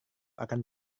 akan